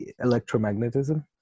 electromagnetism